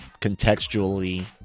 contextually